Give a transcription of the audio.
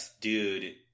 dude